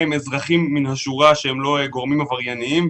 עם אזרחים מן השורה שהם לא גורמים עברייניים,